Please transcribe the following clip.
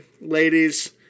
Ladies